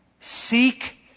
seek